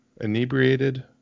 inebriated